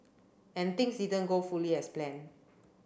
and things didn't go fully as planned